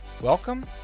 Welcome